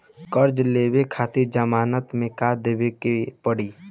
कर्जा लेवे खातिर जमानत मे का देवे के पड़ी?